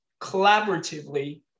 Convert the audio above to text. collaboratively